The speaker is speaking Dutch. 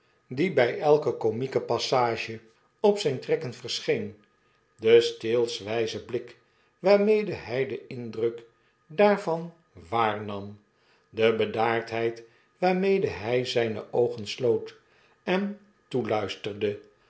die bij elke komieke passage op zyn trekken verscheen de steelswyze blik waarmede hy den indruk daarvan waarnam de bedaardheid waarmede hy zyne oogen sloot en toeluisterde